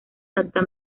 santa